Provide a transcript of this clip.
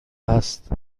هست